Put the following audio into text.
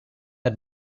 had